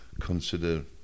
consider